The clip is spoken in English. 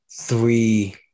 three